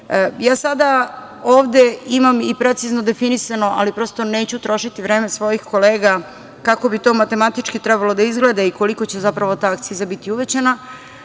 akcize. Sada ovde imam i precizno definisano, ali prosto neću trošiti vreme svojih kolega, kako bi to matematički trebalo da izgleda i koliko će ta akciza biti uvećana.